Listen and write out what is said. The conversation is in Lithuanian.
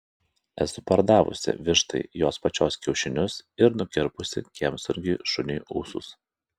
esu pardavusi vištai jos pačios kiaušinius ir nukirpusi kiemsargiui šuniui ūsus